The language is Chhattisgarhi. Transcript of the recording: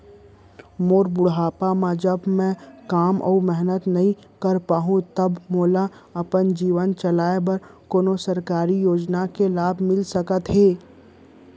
मोर बुढ़ापा मा जब मैं काम अऊ मेहनत नई कर पाहू तब का मोला अपन जीवन चलाए बर कोनो सरकारी योजना के लाभ मिलिस सकत हे?